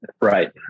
Right